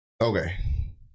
Okay